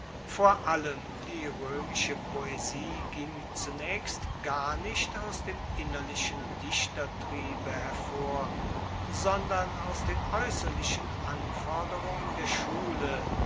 vor allem die roemische poesie ging zunaechst gar nicht aus dem innerlichen dichtertriebe hervor sondern aus den aeusserlichen anforderungen der schule